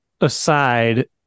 aside